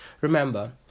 Remember